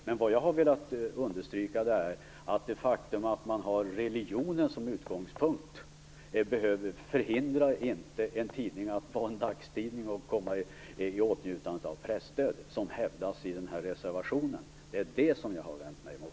Men vad jag har velat understryka är att det faktum att man har religionen som utgångspunkt inte förhindrar en tidning att vara dagstidning och komma i åtnjutande av presstöd, vilket hävdas i reservationen. Det är det som jag har vänt mig mot.